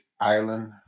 Island